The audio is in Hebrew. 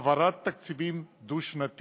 העברת תקציבים דו-שנתיים,